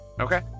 okay